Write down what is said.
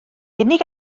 unig